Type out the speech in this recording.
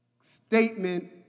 statement